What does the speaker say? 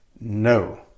no